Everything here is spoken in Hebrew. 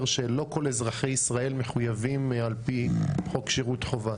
שלא כל אזרחי ישראל מחויבים על פי חוק שירות חובה?